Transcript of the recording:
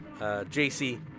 JC